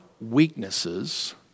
weaknesses